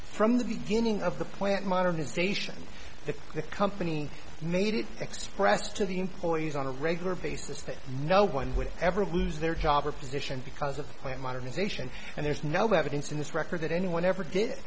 from the beginning of the plant modernisation that the company made it expressed to the employees on a regular basis that no one would ever lose their job or position because of plant modernization and there's no evidence in this record that anyone ever did